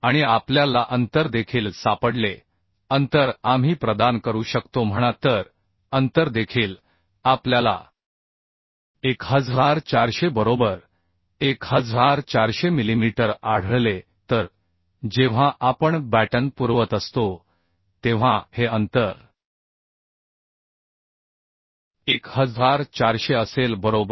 आणि आपल्या ला अंतर देखील सापडले अंतर आम्ही प्रदान करू शकतो म्हणा तर अंतर देखील आपल्याला 1400 बरोबर 1400 मिलीमीटर आढळले तर जेव्हा आपण बॅटन पुरवत असतो तेव्हा हे अंतर 1400 असेल बरोबर